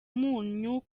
umunyu